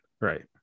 right